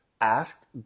asked